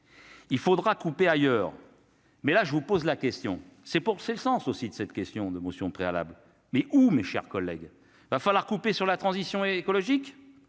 Il faudra couper ailleurs. Mais là, je vous pose la question, c'est pour c'est sens aussi de cette question de motions préalables mais où mes chers collègues, va falloir couper sur la transition écologique